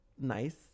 nice